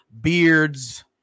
Beards